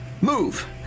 move